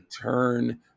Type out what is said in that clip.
turn